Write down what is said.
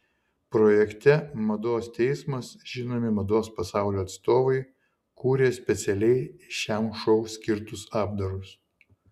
projekte mados teismas žinomi mados pasaulio atstovai kūrė specialiai šiam šou skirtus apdarus